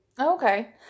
Okay